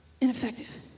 ineffective